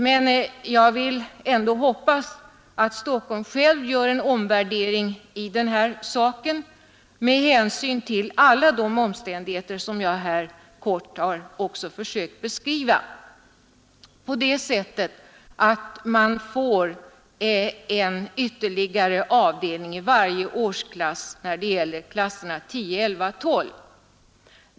Men jag vill hoppas att Stockholms skoldirektion gör en omvärdering i denna fråga med hänsyn till alla de omständigheter som jag här kort försökt beskriva, så att man inför ytterligare en avdelning i var och en av årsklasserna 10, 11 och 12.